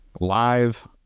live